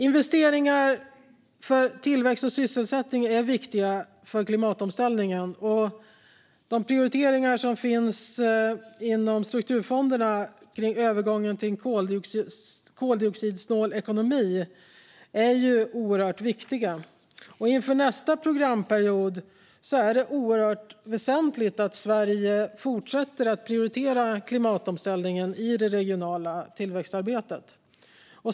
Investeringar för tillväxt och sysselsättning är viktiga för klimatomställningen. De prioriteringar som finns inom strukturfonderna kring övergången till en koldioxidsnål ekonomi är oerhört viktiga. Inför nästa programperiod är det väsentligt att Sverige fortsätter att prioritera klimatomställningen i det regionala tillväxtarbetet.